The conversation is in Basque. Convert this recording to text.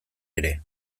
ere